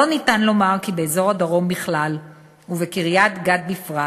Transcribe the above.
לא ניתן לומר כי באזור הדרום בכלל ובקריית-גת בפרט